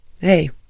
hey